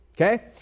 okay